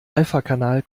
alphakanal